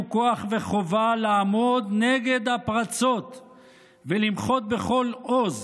כוח וחובה לעמוד נגד הפרצות ולמחות בכל עוז